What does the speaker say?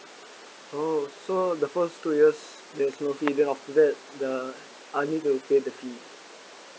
oh so the first two years there's no fee then after that the I need to pay the fee